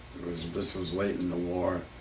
this was late and the war,